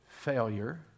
Failure